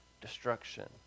destruction